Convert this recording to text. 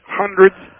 hundreds